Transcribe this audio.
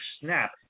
snap